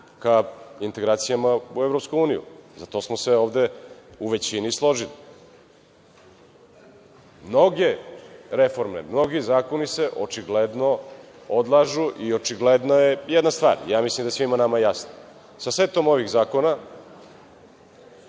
ka integracijama u EU? Za to smo se ovde u većini složili. Mnoge reforme, mnogi zakoni se očigledno odlažu i očigledna je jedna stvar. Ja mislim da svima nama je jasno. Sa setom ovih zakona